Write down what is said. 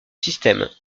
système